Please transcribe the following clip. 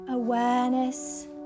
awareness